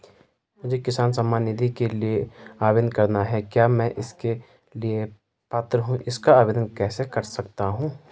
मुझे किसान सम्मान निधि के लिए आवेदन करना है क्या मैं इसके लिए पात्र हूँ इसका आवेदन कैसे कर सकता हूँ?